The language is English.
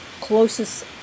closest